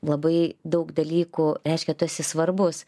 labai daug dalykų reiškia tu esi svarbus